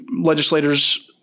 legislators